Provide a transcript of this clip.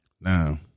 Now